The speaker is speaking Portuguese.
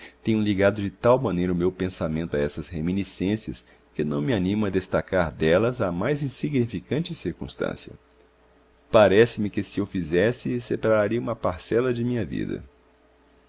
ligado de tal maneira o meu pensamento a essas reminiscências que não me animo a destacar delas a mais insignificante circunstância parece-me que se o fizesse separaria uma parcela de minha vida